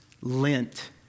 Lent